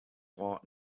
want